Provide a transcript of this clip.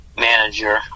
manager